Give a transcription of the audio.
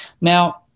now